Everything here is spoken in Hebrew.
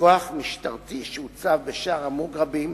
וכוח משטרתי שהוצב בשער המוגרבים